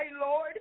Lord